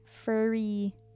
furry